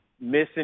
Missing